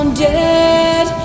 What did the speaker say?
dead